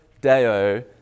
Deo